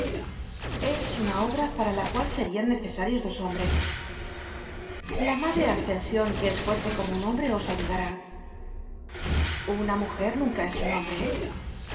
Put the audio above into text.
es una obra para la cual serian necesarios dos hombres lamadre ascension que es fuerte como un hombre os ayudará una mujer nunca es un hombre